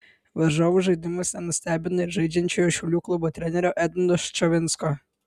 varžovų žaidimas nenustebino ir žaidžiančiojo šiaulių klubo trenerio edmundo ščavinsko